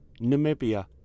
Namibia